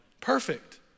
Perfect